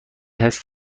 هست